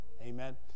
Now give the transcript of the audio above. Amen